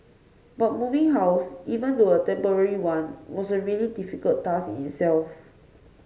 but moving house even to a temporary one was a really difficult task in itself